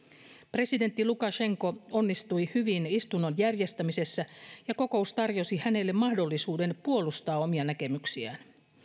presidentti lukasenka onnistui hyvin istunnon järjestämisessä ja kokous tarjosi hänelle mahdollisuuden puolustaa omia näkemyksiään